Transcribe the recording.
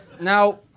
Now